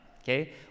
okay